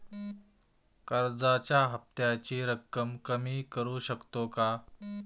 कर्जाच्या हफ्त्याची रक्कम कमी करू शकतो का?